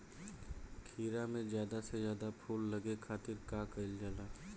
खीरा मे ज्यादा से ज्यादा फूल लगे खातीर का कईल जाला?